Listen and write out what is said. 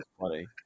funny